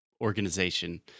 organization